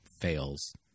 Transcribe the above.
Fails